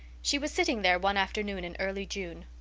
she was sitting there one afternoon in early june.